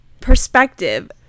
perspective